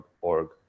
org